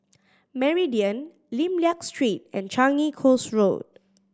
Meridian Lim Liak Street and Changi Coast Road